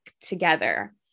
together